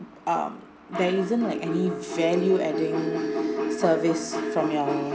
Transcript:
err there isn't like any value adding service from your